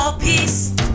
Peace